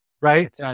right